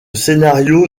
scénario